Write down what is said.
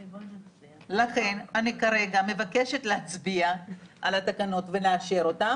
לכן אני כרגע מבקשת להצביע על התקנות ולאשר אותן,